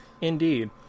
indeed